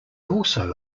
also